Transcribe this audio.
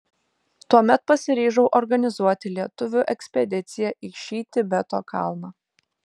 tuomet pasiryžau organizuoti lietuvių ekspediciją į šį tibeto kalną